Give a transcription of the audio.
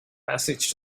passage